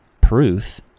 proof